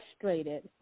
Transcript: frustrated